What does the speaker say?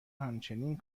همچنین